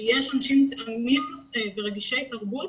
אנשים רגישי תרבות